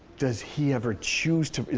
does he ever choose to?